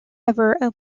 ever